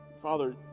Father